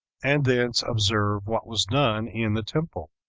and thence observe what was done in the temple